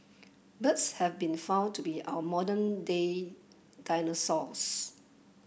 birds have been found to be our modern day dinosaurs